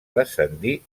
descendir